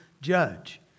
judge